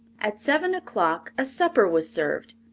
at seven o'clock a supper was served.